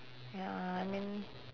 ya I mean